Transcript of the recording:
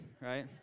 right